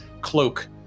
cloak